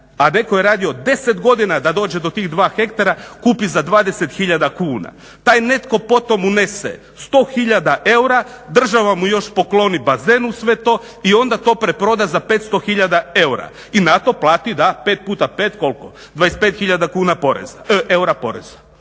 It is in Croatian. a netko je radio deset godina da dođe do tih dva hektara kupi za dvadeset tisuća kuna. Taj netko potom unese sto tisuća eura, država mu još pokloni bazen uz sve to i onda to preproda za petsto tisuća eura. I na to plati da, pet puta pet koliko 25 tisuća eura poreza.